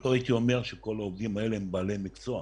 לא הייתי אומר שכל העובדים האלה הם בעלי מקצוע.